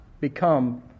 become